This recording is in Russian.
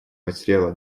материала